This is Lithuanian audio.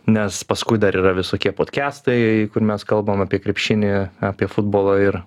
nes paskui dar yra visokie podkestai kur mes kalbam apie krepšinį apie futbolą ir